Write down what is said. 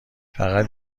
فقط